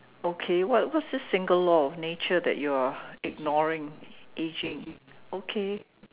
okay what what's this single law of nature that you are ignoring aging okay